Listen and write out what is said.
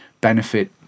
benefit